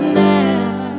now